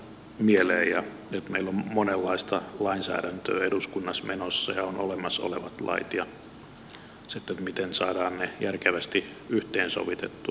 nyt meillä on monenlaista lainsäädäntöä eduskunnassa menossa ja on olemassa olevat lait ja sitten se miten saadaan ne järkevästi yhteensovitettua